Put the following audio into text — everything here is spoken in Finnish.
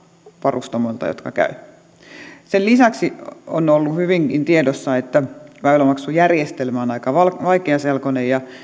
varustamoilta jotka käyvät sen lisäksi on ollut hyvinkin tiedossa että väylämaksujärjestelmä on aika vaikeaselkoinen ja